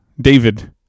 David